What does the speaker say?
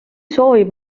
soovib